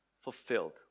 fulfilled